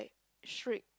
strict